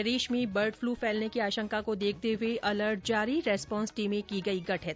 प्रदेश में bird flu फैलने की आशंका को देखते हुए अलर्ट जारी रेस्पोंस टीमें की गई गठित